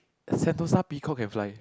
at Sentosa peacock can fly